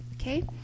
okay